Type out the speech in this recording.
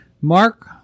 mark